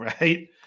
right